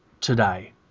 today